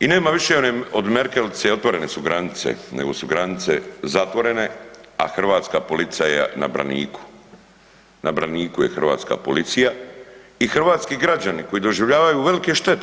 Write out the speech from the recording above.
i nema više od Merkelice otvorene su granice nego su granice zatvorene, a hrvatska policija je na braniku, na braniku je hrvatska policija i hrvatski građani koji doživljavaju velike štete.